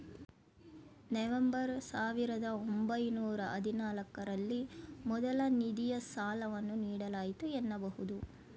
November ಸಾವಿರದ ಒಂಬೈನೂರ ಹದಿನಾಲ್ಕು ರಲ್ಲಿ ಮೊದಲ ನಿಧಿಯ ಸಾಲವನ್ನು ನೀಡಲಾಯಿತು ಎನ್ನಬಹುದು